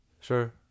Sure